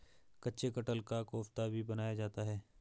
कच्चे कटहल का कोफ्ता भी बनाया जाता है